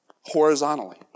horizontally